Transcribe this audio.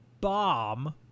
bomb